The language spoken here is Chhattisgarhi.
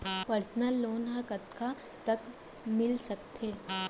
पर्सनल लोन ह कतका तक मिलिस सकथे?